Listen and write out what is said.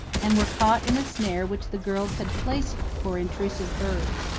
and were caught in a snare which the girls had placed for intrusive birds.